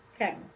Okay